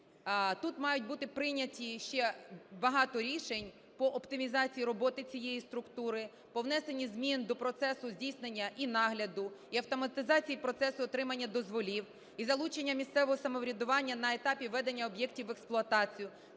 Тут мають бути прийняті ще багато рішень по оптимізації роботи цієї структури, по внесенню змін до процесу здійснення і нагляду, і автоматизації процесу отримання дозволів, і залучення місцевого самоврядування на етапі введення об'єктів в експлуатацію.